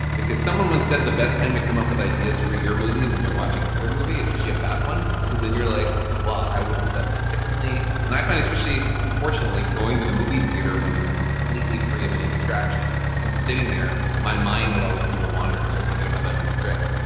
because someone once said the best time to come up with ideas for your movie is when you're watching another movie, especially a bad one. cuz then you're like well, i would have done this differently. and i find especially, unfortunately, going to the movie theater when you're completely free of any distractions and sitting there my mind will always tend to wander and start thinking about my my own script.